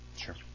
Sure